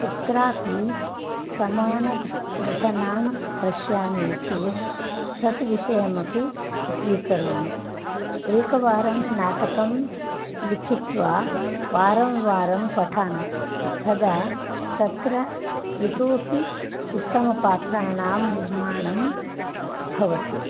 कुत्रापि समानघटनां पश्यामि चेत् तत् विषयमपि स्वीकरोमि एकवारं नाटकं लिखित्वा वारं वारं पठामि तदा तत्र इतोऽपि उत्तमपात्राणां निर्माणं भवति